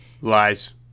Lies